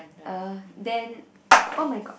uh then oh-my-god